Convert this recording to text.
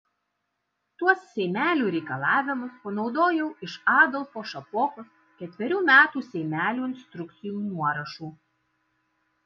tuos seimelių reikalavimus panaudojau iš adolfo šapokos ketverių metų seimelių instrukcijų nuorašų